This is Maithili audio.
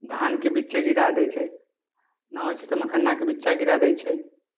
धानके बिछै गिरा दै छै ना होइ छै त मखानाके बिछा गिरा दै छै